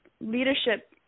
leadership